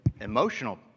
emotional